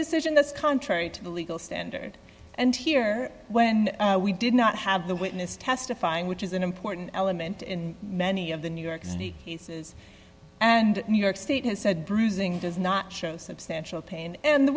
decision that's contrary to the legal standard and here when we did not have the witness testifying which is an important element in many of the new york city cases and new york state has said bruising does not show substantial pain in the